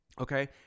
Okay